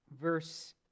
verse